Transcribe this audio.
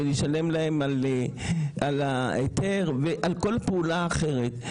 עבור ההיתר ועל כל פעולה אחרת.